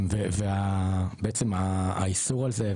ובעצם האיסור הזה,